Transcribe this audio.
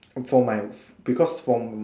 for my because from